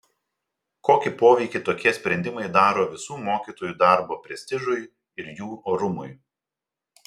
kokį poveikį tokie sprendimai daro visų mokytojų darbo prestižui ir jų orumui